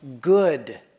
good